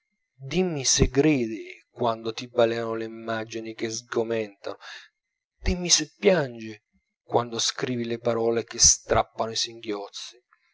dimmi se gridi quando ti balenano le immagini che sgomentano dimmi se piangi quando scrivi le parole che strappano i singhiozzi